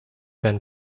been